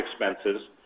expenses